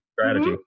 strategy